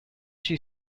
she